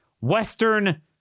Western